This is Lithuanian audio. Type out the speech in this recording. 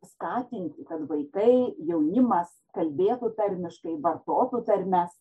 skatinti kad vaikai jaunimas kalbėtų tarmiškai vartotų tarmes